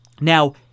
Now